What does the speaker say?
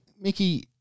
Mickey